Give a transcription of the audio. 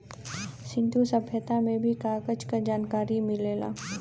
सिंन्धु सभ्यता में भी कागज क जनकारी मिलेला